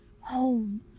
home